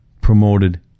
promoted